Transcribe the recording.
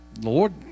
Lord